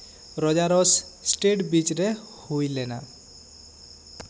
ᱨᱚᱡᱟᱨᱚᱥ state ᱵᱤᱪ ᱨᱮ ᱦᱩᱭ ᱞᱮᱱᱟ